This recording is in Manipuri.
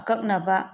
ꯑꯀꯛꯅꯕ